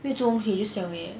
可以终于 use liao eh